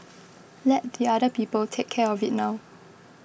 let the other people take care of it now